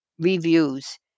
reviews